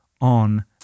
on